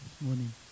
morning